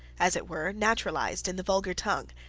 as it were, naturalized in the vulgar tongue.